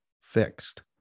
fixed